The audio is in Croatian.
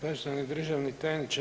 Poštovani državni tajniče.